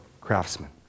craftsmen